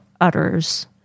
utters